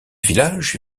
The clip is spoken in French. village